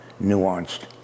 nuanced